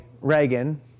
Reagan